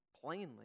plainly